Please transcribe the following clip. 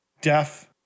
deaf